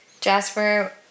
Jasper